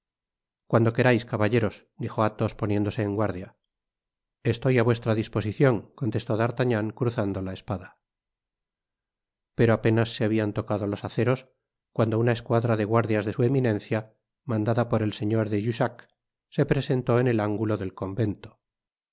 cuando querais caballero dijo athos poniéndose en guardia estoy á vuestra disposicion contestó d'artagnan cruzando la espada pero apenas se habian tocado los aceros cuando una escuadra de guardias de su eminencia mandada por el señor de jussac se presentó en el ángulo del convento los